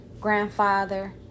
grandfather